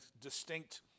distinct